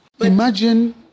Imagine